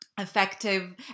Effective